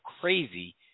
crazy